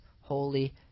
holy